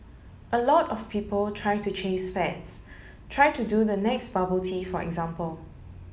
a lot of people try to chase fads try to do the next bubble tea for example